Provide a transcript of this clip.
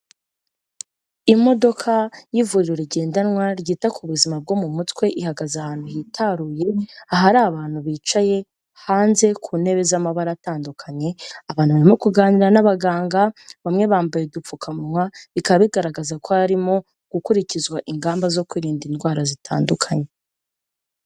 Imodoka y'ivuriro rigendanwa ryita ku buzima bwo mu mutwe ihagaze ahantu hitaruye, ahari abantu bicaye hanze ku ntebe z'amabara atandukanye, abantu barimo kuganira n'abaganga, bamwe bambaye udupfukamunwa, bikaba bigaragaza ko harimo gukurikizwa ingamba zo kwirinda indwara zitandukanye.